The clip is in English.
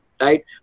right